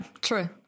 true